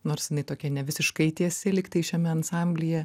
nors jinai tokia nevisiškai tiesi lyg tai šiame ansamblyje